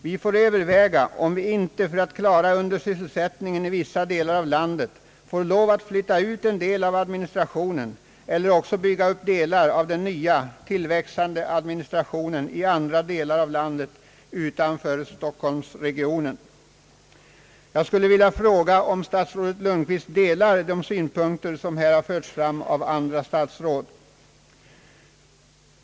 Vi får överväga, om vi inte för att klara undersysselsättningen i vissa delar av landet får lov att flytta ut en del av administrationen eller också bygga upp delar av den nya, tillväxande administrationen i andra delar av landet utanför storstadsregionen.» Jag vill fråga om statsrådet Lundkvist delar dessa synpunkter som förts fram av andra statsråd.